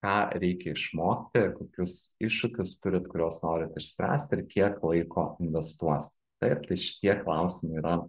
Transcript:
ką reikia išmokti kokius iššūkius turit kuriuos norit išspręsti ir kiek laiko investuos taip šitie klausimai yra